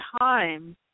time